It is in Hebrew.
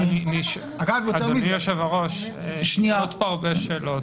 אדוני יושב-הראש, עולות פה הרבה שאלות.